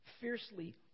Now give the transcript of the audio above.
Fiercely